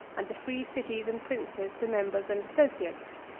and the free cities and princes the members and associates.